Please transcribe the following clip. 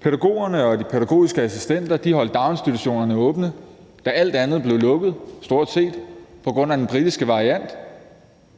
Pædagogerne og de pædagogiske assistenter holdt daginstitutionerne åbne, da alt andet blev lukket, stort set, pga. den britiske variant.